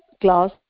class